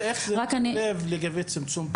איך זה תורם לגבי צמצום פערים?